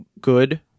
good